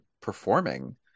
performing